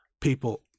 people